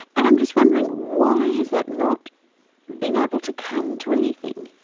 and i'm just wondering why has that not been able to come to anything?